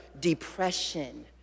depression